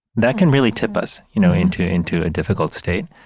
that can really tip us, you know, into, into a difficult state.